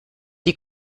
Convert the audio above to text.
die